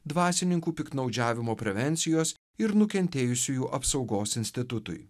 dvasininkų piktnaudžiavimo prevencijos ir nukentėjusiųjų apsaugos institutui